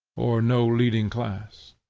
or no leading class.